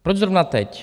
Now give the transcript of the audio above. Proč zrovna teď?